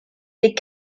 des